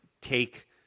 take